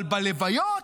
אבל הלוויות,